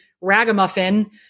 ragamuffin